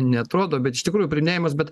neatrodo bet iš tikrųjų priiminėjamas bet